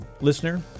listener